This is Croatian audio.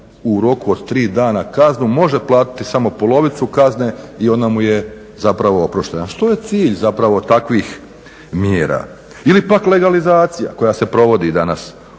u roku od tri dana kaznu može platiti samo polovicu kazne i ona mu je zapravo oproštena. Što je cilj zapravo takvih mjera. Ili pak legalizacija koja se provodi danas